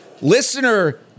listener